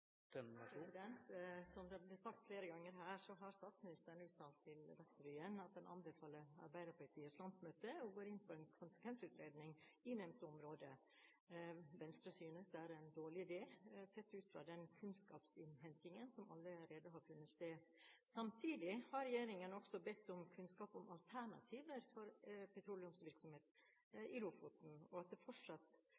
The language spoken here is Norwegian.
Som det har blitt sagt flere ganger, har statsministeren uttalt til Dagsrevyen at han anbefaler Arbeiderpartiets landsmøte å gå inn for en konsekvensutredning i nevnte område. Venstre synes det er en dårlig idé, sett ut fra den kunnskapsinnhentingen som allerede har funnet sted. Samtidig har regjeringen også bedt om kunnskap om alternativer for petroleumsvirksomhet